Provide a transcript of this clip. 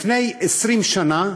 לפני 20 שנה,